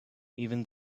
even